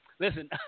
Listen